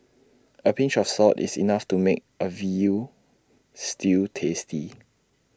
A pinch of salt is enough to make A Veal Stew tasty